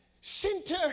center